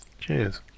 Cheers